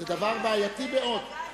זה דבר בעייתי מאוד.